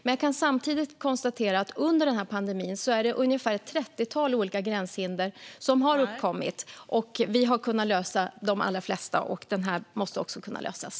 Men jag kan samtidigt konstatera att under pandemin är det ungefär ett trettiotal olika gränshinder som har uppkommit, och vi har kunnat lösa de allra flesta. Den här måste också kunna lösas.